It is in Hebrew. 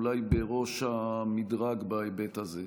אולי בראש המדרג בהיבט הזה.